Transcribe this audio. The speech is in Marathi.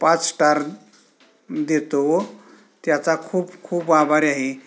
पाच स्टार देतो व त्याचा खूप खूप आभारी आहे